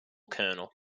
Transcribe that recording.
kernel